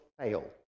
fail